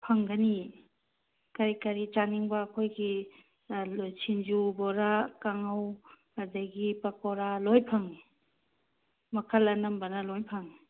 ꯐꯪꯒꯅꯤꯌꯦ ꯀꯔꯤ ꯀꯔꯤ ꯆꯥꯅꯤꯡꯕ ꯑꯩꯈꯣꯏꯒꯤ ꯁꯤꯡꯖꯨ ꯕꯣꯔꯥ ꯀꯥꯡꯍꯧ ꯑꯗꯒꯤ ꯄꯀꯧꯔꯥ ꯂꯣꯏ ꯐꯪꯉꯤ ꯃꯈꯜ ꯑꯅꯝꯕꯅ ꯂꯣꯏꯅ ꯐꯪꯉꯤ